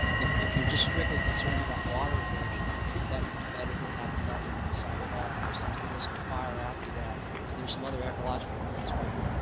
if if your just really concerned about water erosion that would be better than having nothing on the site at all. of course there's the risk of fire after that. so there's some other ecological reasons why you,